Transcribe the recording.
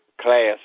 class